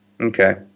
Okay